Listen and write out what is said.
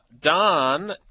Don